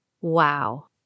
Wow